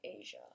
Asia